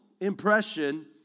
impression